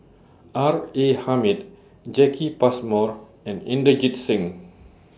R A Hamid Jacki Passmore and Inderjit Singh